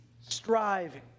striving